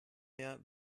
mehr